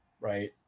right